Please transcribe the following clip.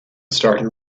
started